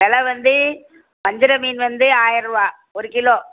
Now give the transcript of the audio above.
வில வந்து வஞ்சரம் மீன் வந்து ஆயர்ரூபா ஒரு கிலோ